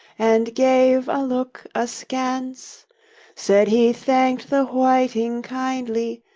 and gave a look askance said he thanked the whiting kindly,